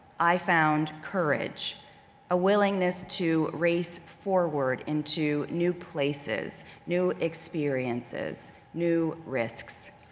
i found courage a willingness to race forward into new places, new experiences, new risks.